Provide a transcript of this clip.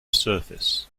surface